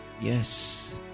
yes